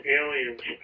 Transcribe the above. aliens